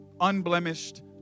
unblemished